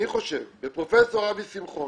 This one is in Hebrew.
אני חושב ופרופ' אבי שמחון,